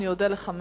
אני אודה לך מאוד.